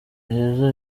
heza